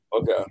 Okay